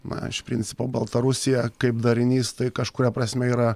na iš principo baltarusija kaip darinys tai kažkuria prasme yra